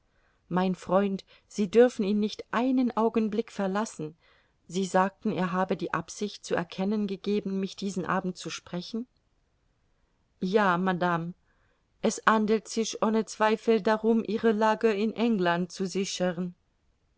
mein freund sie dürfen ihn nicht einen augenblick verlassen sie sagten er habe die absicht zu erkennen gegeben mich diesen abend zu sprechen ja madame es handelt sich ohne zweifel darum ihre lage in england zu sichern